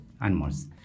animals